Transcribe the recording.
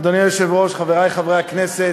אדוני היושב-ראש, חברי חברי הכנסת,